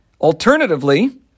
Alternatively